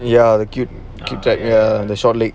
ya the cute cute like ah the short leg